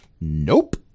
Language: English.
Nope